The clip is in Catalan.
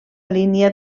línia